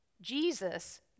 Jesus